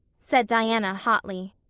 said diana hotly.